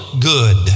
good